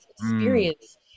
experience